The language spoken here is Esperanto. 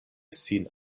sin